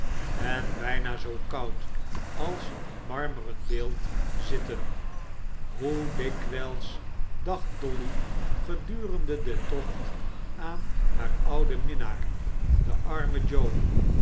en bijna zoo koud als een marmeren beeld zitten hoe dikwijls dacht dolly gedurende den tocht aan haar ouden minnaar den armen joe